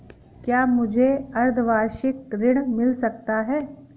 क्या मुझे अर्धवार्षिक ऋण मिल सकता है?